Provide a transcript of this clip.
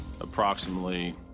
approximately